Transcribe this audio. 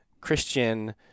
Christian